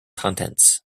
contents